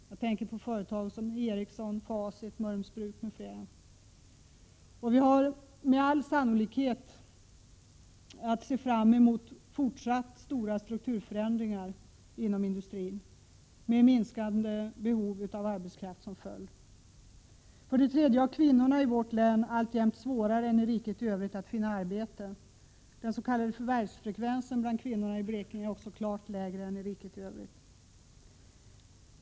Jag tänker på företag som Ericsson, Facit, Mörrums Bruk m.fl. Med all sannolikhet är fortsatta stora strukturförändringar att vänta inom industrin, med minskande behov av arbetskraft som följd. För det tredje har kvinnorna i vårt län alltjämt svårare än kvinnorna i riket i Övrigt att finna arbete. Den s.k. förvärvsfrekvensen bland kvinnorna i Blekinge är också klart lägre än i riket i övrigt.